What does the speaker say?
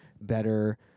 better